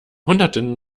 hunderten